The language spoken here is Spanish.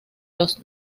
los